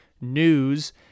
news